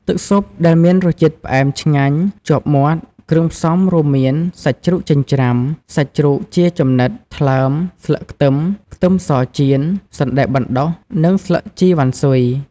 ទឹកស៊ុបដែលមានរសជាតិផ្អែមឆ្ងាញ់ជាប់មាត់ គ្រឿងផ្សំរួមមានសាច់ជ្រូកចិញ្ច្រាំ សាច់ជ្រូកជាចំណិត ថ្លើម ស្លឹកខ្ទឹម ខ្ទឹមសចៀន សណ្ដែកបណ្ដុះ និងស្លឹកជីរវ៉ាន់ស៊ុយ។